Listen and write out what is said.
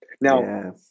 Now